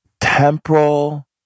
Temporal